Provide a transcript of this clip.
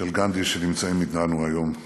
של גנדי שנמצאים איתנו היום,